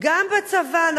גם בצבא.